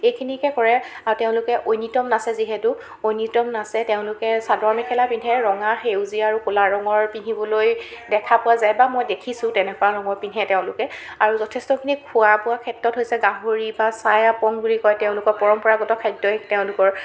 এইখিনিকে কৰে আৰু তেওঁলোকে ঐনিতম নাচে যিহেতু ঐনিতম নাচে তেওঁলোকে চাদৰ মেখেলা পিন্ধে ৰঙা সেউজীয়া আৰু কলা ৰঙৰ পিন্ধিবলৈ দেখা পোৱা যায় বা মই দেখিছো তেনেকুৱা ৰঙৰ পিন্ধে তেওঁলোকে আৰু যথেষ্টখিনি খোৱা বোৱা ক্ষেত্ৰত হৈছে গাহৰি বা ছাই আপং বুলি কয় তেওঁলোকৰ পৰম্পৰাগত খাদ্য এ তেওঁলোকৰ